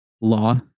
law